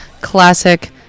classic